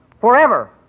forever